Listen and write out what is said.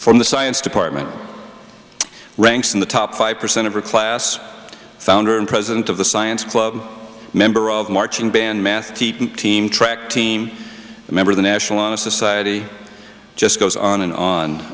from the science department ranks in the top five percent of her class founder and president of the science club member of marching band math team track team member the national honor society just goes on and on